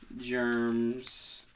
germs